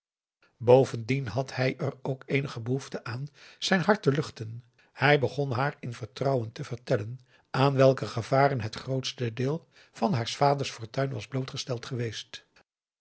bovendien had hij er ook eenige behoefte aan zijn hart te luchten hij begon haar in vertrouwen te vertellen aan welke gevaren het grootste deel van haars vaders fortuin was blootgesteld geweest